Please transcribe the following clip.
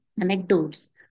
anecdotes